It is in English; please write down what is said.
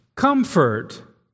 Comfort